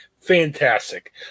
Fantastic